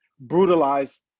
brutalized